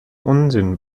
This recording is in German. unsinn